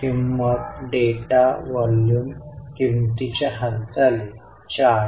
म्हणून आपण गेल्या वेळी चिन्हांकित केले आहे पुन्हा एकदा पहा